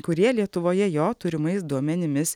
kurie lietuvoje jo turimais duomenimis